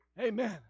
Amen